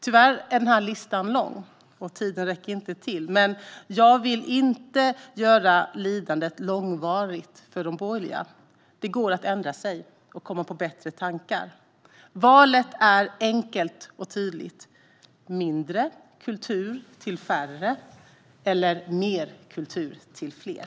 Tyvärr är listan lång, och tiden räcker inte till, men jag vill inte göra lidandet långvarigt för de borgerliga. Det går att ändra sig och komma på bättre tankar. Valet är enkelt och tydligt: Ska vi ha mindre kultur till färre eller mer kultur till fler?